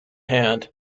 hand